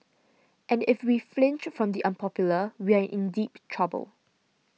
and if we flinch from the unpopular we are in deep trouble